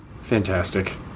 Fantastic